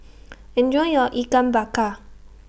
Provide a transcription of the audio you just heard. Enjoy your Ikan Bakar